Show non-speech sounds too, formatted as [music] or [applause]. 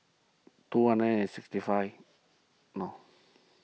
two hundred and sixty five [unintelligible]